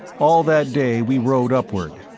all that day we rode upward,